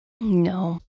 No